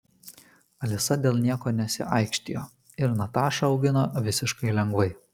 alisa dėl nieko nesiaikštijo ir natašą augino visiškai lengvai